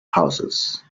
houses